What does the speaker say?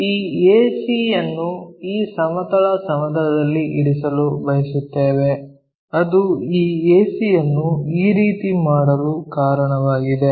ಈ ac ಯನ್ನು ಈ ಸಮತಲ ಸಮತಲದಲ್ಲಿ ಇರಿಸಲು ಬಯಸುತ್ತೇವೆ ಅದು ಈ ac ಯನ್ನು ಈ ರೀತಿ ಮಾಡಲು ಕಾರಣವಾಗಿದೆ